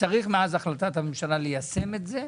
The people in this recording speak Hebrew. צריך מאז החלטת הממשלה ליישם את זה.